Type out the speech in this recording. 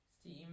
Steam